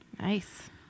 Nice